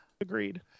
agreed